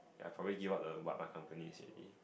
I probably give up the what my companies already